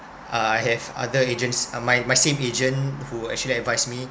I have other agents uh my my same agent who actually advise me